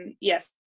yes